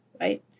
right